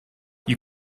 you